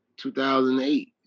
2008